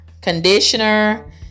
conditioner